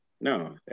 no